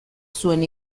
zuen